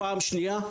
פעם שנייה,